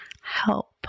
help